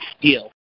deal